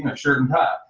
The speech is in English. and shirt and tie.